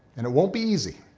and it won't be easy.